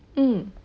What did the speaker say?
mm